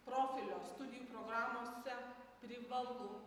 profilio studijų programose privalu